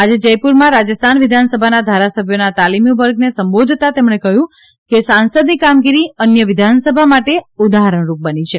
આજે જયપુરમાં રાજસ્થાન વિધાનસભાના ધારાસભ્યોના તાલીમી વર્ગને સંબોધતાં તેમણે કહ્યું કે સંસદની કામગીરી અન્ય વિધાનસભા માટે ઉદાહરણરૂપ બની રહે છે